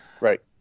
Right